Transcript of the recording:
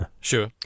Sure